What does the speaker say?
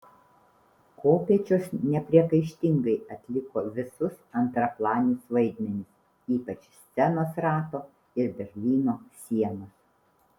kopėčios nepriekaištingai atliko visus antraplanius vaidmenis ypač scenos rato ir berlyno sienos